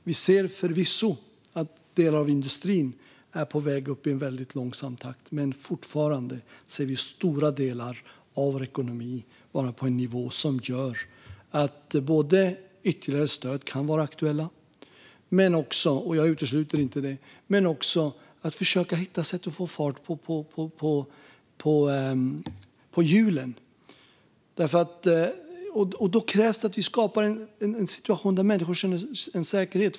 Vi ser förvisso att delar av industrin är på väg upp i en väldigt långsam takt, men fortfarande ser vi att stora delar av ekonomin är på en nivå som gör att ytterligare stöd kan vara aktuella och att man också - jag utesluter inte detta - försöker hitta sätt att få fart på hjulen. Då krävs det att vi skapar en situation där människor känner en säkerhet.